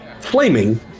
flaming